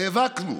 נאבקנו,